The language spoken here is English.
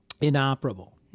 inoperable